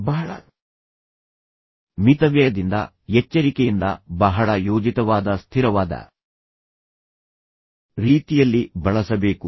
ಬಹಳ ಮಿತವ್ಯಯದಿಂದ ಎಚ್ಚರಿಕೆಯಿಂದ ಬಹಳ ಯೋಜಿತವಾದ ಸ್ಥಿರವಾದ ರೀತಿಯಲ್ಲಿ ಬಳಸಬೇಕು